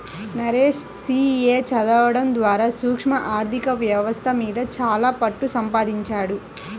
Naresh C A చదవడం ద్వారా సూక్ష్మ ఆర్ధిక వ్యవస్థ మీద చాలా పట్టుసంపాదించాడు